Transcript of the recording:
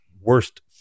worst